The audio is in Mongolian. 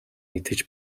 идэж